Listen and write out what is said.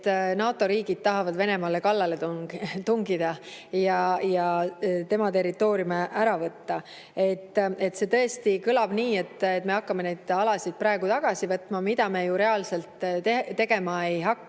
NATO riigid tahavad Venemaale kallale tungida ja tema territooriumi ära võtta, kõlab see tõesti nii, nagu me hakkaksimegi neid alasid praegu tagasi võtma, mida me ju reaalselt tegema ei hakka.